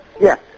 Yes